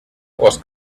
was